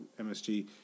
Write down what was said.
MSG